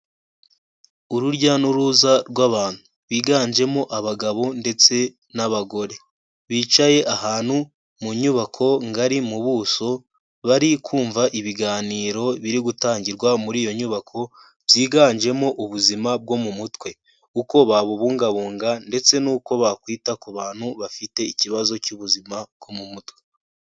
Urujya n'uruza rw'abantu. Biganjemo abagabo ndetse n'abagore. Bicaye ahantu mu nyubako ngari, mu buso, bari kumva ibiganiro biri gutangirwa muri iyo nyubako, byiganjemo ubuzima bwo mu mutwe. Uko babubungabunga ndetse n'uko bakwita ku bantu bafite ikibazo cy'ubuzima bwo mu mutwe.